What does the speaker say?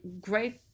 great